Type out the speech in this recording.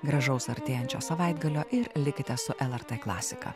gražaus artėjančio savaitgalio ir likite su lrt klasika